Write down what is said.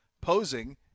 posing